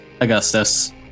Augustus